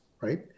right